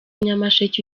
nyamasheke